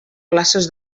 places